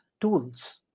tools